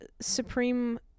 supreme